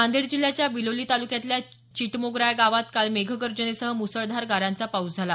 नांदेड जिल्ह्याच्या बिलोली तालुक्यातल्या चिटमोगरा या गावात काल मेघगर्जनेसह मुसळधार गारांचा पाऊस पडला